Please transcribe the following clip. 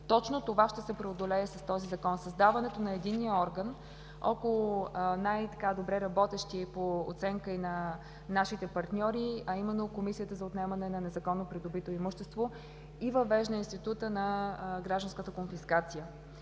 Точно това ще се преодолее с този Закон – създаването на единния орган около най-добре работещи, по оценка и на нашите партньори, а именно Комисията за отнемане на незаконно придобито имущество и въвежда института на гражданската конфискация.